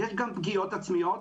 יש גם פגיעות עצמיות,